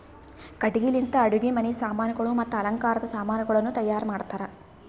ಕಟ್ಟಿಗಿ ಲಿಂತ್ ಅಡುಗಿ ಮನಿ ಸಾಮಾನಗೊಳ್ ಮತ್ತ ಅಲಂಕಾರದ್ ಸಾಮಾನಗೊಳನು ತೈಯಾರ್ ಮಾಡ್ತಾರ್